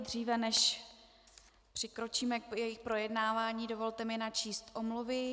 Dříve než přikročíme k jejich projednávání, dovolte mi načíst omluvy.